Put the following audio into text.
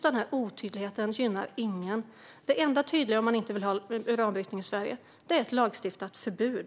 Den här otydligheten gynnar ingen. Det enda tydliga om man inte vill ha uranbrytning i Sverige är att lagstifta om ett förbud.